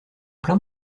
plein